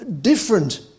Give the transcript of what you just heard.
different